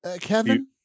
Kevin